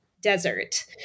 desert